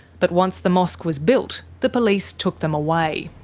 but once the mosque was built, the police took them away.